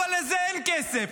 אבל לזה אין כסף.